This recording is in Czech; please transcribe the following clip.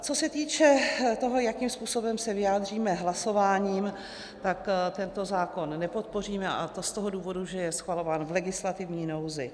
Co se týče toho, jakým způsobem se vyjádříme hlasováním, tak tento zákon nepodpoříme, a to z toho důvodu, že je schvalován v legislativní nouzi.